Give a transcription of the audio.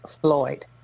Floyd